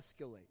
escalate